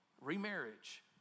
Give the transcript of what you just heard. remarriage